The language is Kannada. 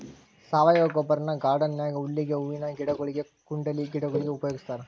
ಸಾವಯವ ಗೊಬ್ಬರನ ಗಾರ್ಡನ್ ನ್ಯಾಗ ಹುಲ್ಲಿಗೆ, ಹೂವಿನ ಗಿಡಗೊಳಿಗೆ, ಕುಂಡಲೆ ಗಿಡಗೊಳಿಗೆ ಉಪಯೋಗಸ್ತಾರ